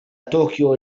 طوكيو